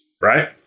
right